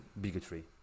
bigotry